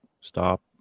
stop